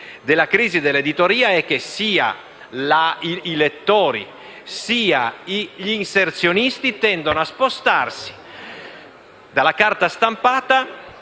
crisi dell'editoria è che sia i lettori, che gli inserzionisti tendono a spostarsi dalla carta stampata